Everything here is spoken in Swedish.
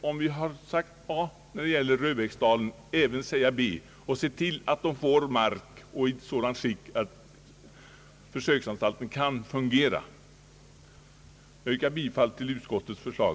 Om vi har sagt a när det gäller Röbäcksdalen måste vi även säga b och se till att försöksanstalten får erforderlig mark och att denna sätts i sådant skick att anstalten kan fungera. Jag yrkar bifall till utskottets förslag.